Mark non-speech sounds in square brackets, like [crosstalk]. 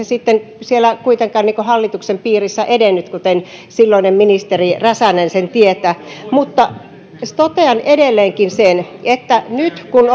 [unintelligible] sitten kuitenkaan siellä hallituksen piirissä edennyt kuten silloinen ministeri räsänen tietää totean edelleenkin sen että nyt kun [unintelligible]